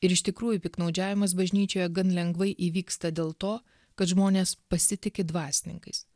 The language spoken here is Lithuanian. ir iš tikrųjų piktnaudžiavimas bažnyčioje gan lengvai įvyksta dėl to kad žmonės pasitiki dvasininkais